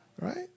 Right